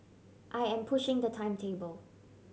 I am pushing the timetable